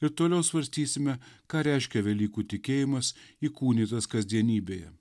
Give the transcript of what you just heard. ir toliau svarstysime ką reiškia velykų tikėjimas įkūnytas kasdienybėje